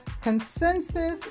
Consensus